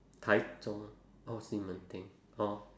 台中 or 西门町 hor